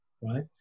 right